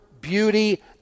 beauty